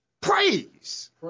Praise